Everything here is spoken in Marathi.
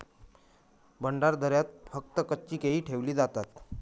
भंडारदऱ्यात फक्त कच्ची केळी ठेवली जातात